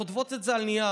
הן כותבות את זה על נייר.